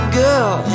girl